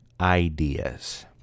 ideas